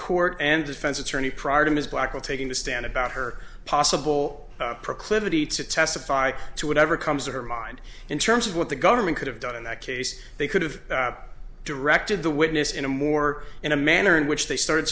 court and defense attorney prior to ms blackall taking the stand about her possible proclivity to testify to whatever comes to her mind in terms of what the government could have done in that case they could have directed the witness in a more in a manner in which they started